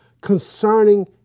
concerning